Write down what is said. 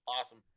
awesome